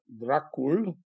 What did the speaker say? Dracul